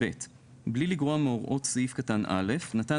"(ב) בלי לגרוע מהוראות סעיף קטן (א) נתן